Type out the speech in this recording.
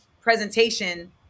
presentation